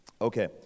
Okay